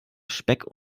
speck